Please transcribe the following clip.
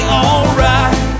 alright